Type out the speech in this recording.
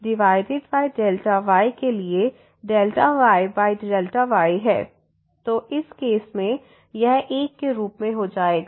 तो इस केस में यह 1 के रूप में हो जाएगा